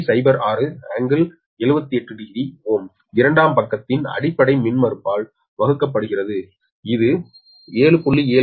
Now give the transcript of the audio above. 06∟780Ω இரண்டாம் பக்கத்தின் அடிப்படை மின்மறுப்பால் வகுக்கப்படுகிறது இது 7